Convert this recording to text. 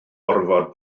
orfod